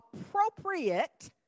appropriate